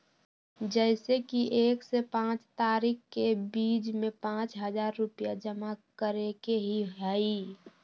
जैसे कि एक से पाँच तारीक के बीज में पाँच हजार रुपया जमा करेके ही हैई?